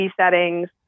settings